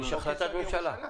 יש החלטת ממשלה.